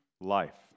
life